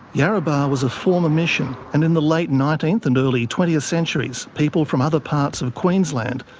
yarrabah was a former mission, and in the late nineteenth and early twentieth centuries people from other parts of queensland,